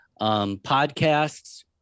Podcasts